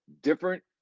different